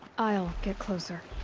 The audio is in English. i'll get closer.